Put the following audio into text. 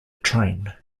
train